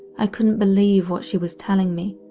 i couldn't believe what she was telling me.